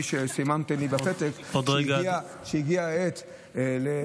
סימנתם לי בפתק שהגיעה העת לסיים.